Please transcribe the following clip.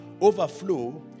overflow